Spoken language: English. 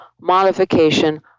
modification